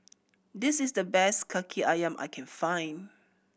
this is the best Kaki Ayam I can find